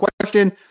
question